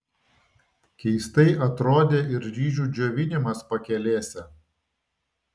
keistai atrodė ir ryžių džiovinimas pakelėse